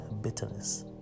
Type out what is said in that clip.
bitterness